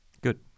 Good